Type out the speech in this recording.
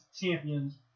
champions